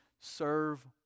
serve